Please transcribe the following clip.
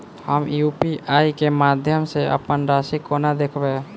हम यु.पी.आई केँ माध्यम सँ अप्पन राशि कोना देखबै?